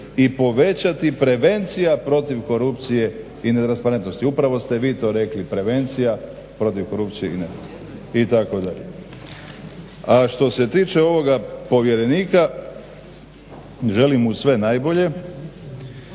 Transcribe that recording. i povećati prevencija protiv korupcije i netransparentnosti. Upravo ste vi to rekli, prevencija protiv korupcije i netransparentnosti itd. A što se tiče ovoga povjerenika, želim mu sve najbolje.